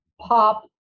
pop